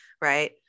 Right